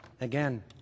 again